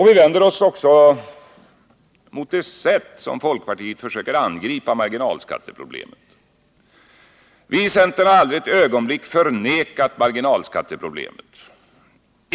Vi vänder oss också mot det sätt som folkpartiet försöker angripa marginalskatteproblemet på. Vi i centern har aldrig ett ögonblick förnekat marginalskatteproblemet.